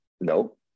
no